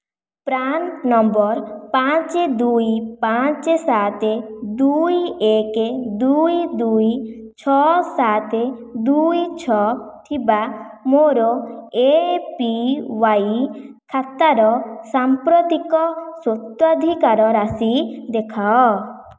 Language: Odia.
ପ୍ରାନ୍ ନମ୍ବର ପାଞ୍ଚ ଦୁଇ ପାଞ୍ଚ ସାତ ଦୁଇ ଏକ ଦୁଇ ଦୁଇ ଛଅ ସାତ ଦୁଇ ଛଅ ଥିବା ମୋର ଏ ପି ୱାଇ ଖାତାର ସାମ୍ପ୍ରତିକ ସ୍ୱତ୍ୱାଧିକାର ରାଶି ଦେଖାଅ